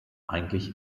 eigentlich